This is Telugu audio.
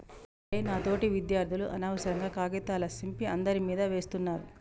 అరె నా తోటి విద్యార్థులు అనవసరంగా కాగితాల సింపి అందరి మీదా వేస్తున్నారు